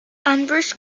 andrews